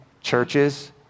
churches